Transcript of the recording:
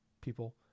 people